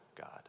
God